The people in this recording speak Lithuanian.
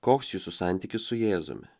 koks jūsų santykis su jėzumi